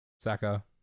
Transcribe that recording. Saka